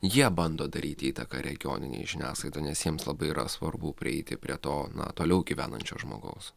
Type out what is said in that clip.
jie bando daryti įtaką regioninei žiniasklaidai nes jiems labai yra svarbu prieiti prie to na toliau gyvenančio žmogaus